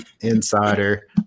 Insider